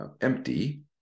empty